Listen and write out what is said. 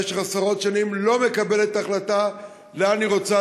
במשך עשרות שנים לא מקבלות החלטה לאן הן רוצה